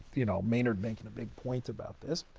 you know, maynard making a big point about this,